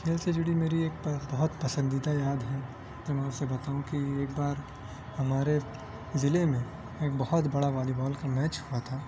کھیل سے جڑی میری ایک بہہ بہت پسندیدہ یاد ہے جو میں آپ سے بتاؤں کہ ایک بار ہمارے ضلعے میں ایک بہت بڑا والی بال کا میچ ہوا تھا